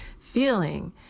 feeling